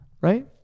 right